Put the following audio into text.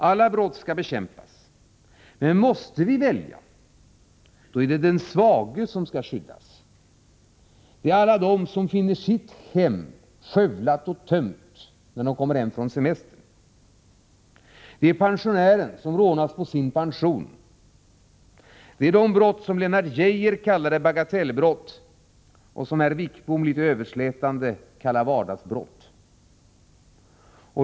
Alla brott skall bekämpas, men måste vi välja då är det den svage som skall skyddas. Det är alla de som finner sitt hem skövlat och tömt när de kommer hem från semestern. Det är pensionären som rånats på sin pension. Det är de brott som Lennart Geijer kallade bagatellbrott och som herr Wickbom litet överslätande kallar vardagsbrott.